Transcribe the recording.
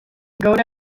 gaur